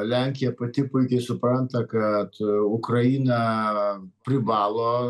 lenkija pati puikiai supranta kad ukraina privalo